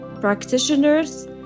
practitioners